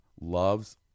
loves